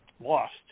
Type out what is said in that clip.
lost